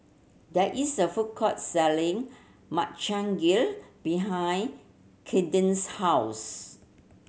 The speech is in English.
there is a food court selling Makchang Gui behind Kayden's house